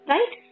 Right